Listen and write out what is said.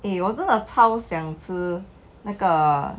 eh 我真的超想吃那个